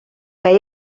que